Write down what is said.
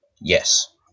yes